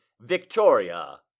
Victoria